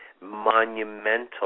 monumental